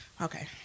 okay